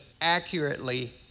accurately